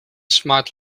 smart